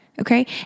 Okay